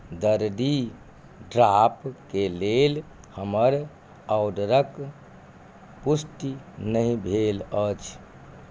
दरदि ड्रापके लेल हमर ऑर्डरक पुष्टि नहि भेल अछि